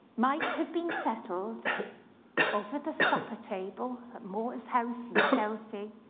might have been settled over the supper table at more's house in chelsea,